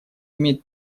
имеет